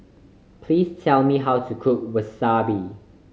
please tell me how to cook Wasabi